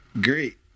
great